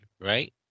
right